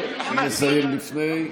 אפשר לסיים לפני.